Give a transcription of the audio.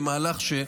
למהלך,